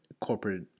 corporate